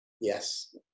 Yes